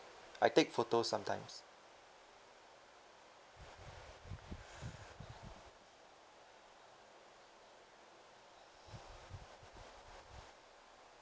I take photos sometimes